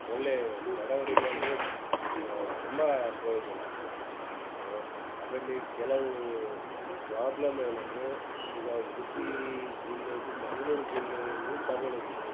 ಒಳ್ಳೆಯ ಬಡವರಿಗೆ ಅಂದರೆ ತುಂಬ ಪ್ರಯೋಜನ ಉಂಟು ಅದರಲ್ಲಿ ಕೆಲವು ಪ್ರಾಬ್ಲಮ್ ಏನಂದರೆ ಈಗ ಉಡ್ಪಿ ಜಿಲ್ಲೇದು ಮಂಗಳೂರು ಜಿಲ್ಲೆಯಲ್ಲಿ ತಗೊಳ್ಳೋದಿಲ್ಲ